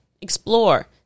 explore